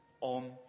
on